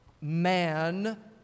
Man